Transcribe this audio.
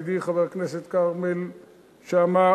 ידידי חבר הכנסת כרמל שאמה-הכהן,